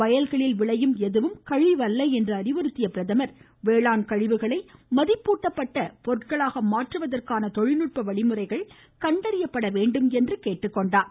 வயல்களில் விளையும் எதுவும் கழிவல்ல என்று அறிவுறுத்திய பிரதமர் வேளாண் கழிவுகளை மதிப்பூட்டப்பட்ட பொருட்களாக மாற்றுவதற்கான தொழில்நுட்ப வழிமுறைகள் கண்டறியப்பட வேண்டும் என்றும் குறிப்பிட்டார்